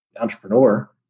entrepreneur